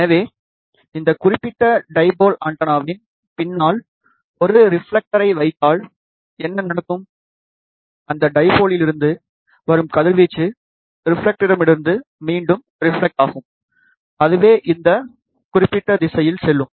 எனவே இந்த குறிப்பிட்ட டைபோல் ஆண்டெனாவின் பின்னால் ஒரு ரிப்ஃலெக்டரை வைத்தால் என்ன நடக்கும் அந்த டைபோலிருந்து வரும் கதிர்வீச்சு ரிப்ஃலெக்டரிடமிருந்நு மீண்டும் ரிப்ஃலெக்ட் ஆகும் அது இந்த குறிப்பிட்ட திசையில் செல்லும்